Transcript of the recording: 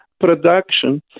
production